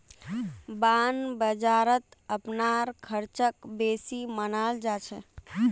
bond बाजारत अपनार ख़र्चक बेसी मनाल जा छेक